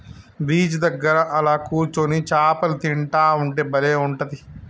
beach దగ్గర అలా కూర్చొని చాపలు తింటా ఉంటే బలే ఉంటది